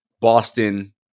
Boston